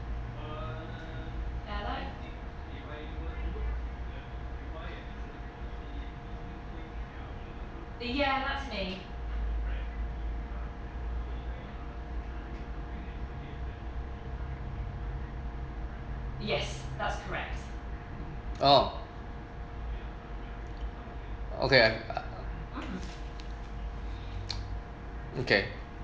oh okay okay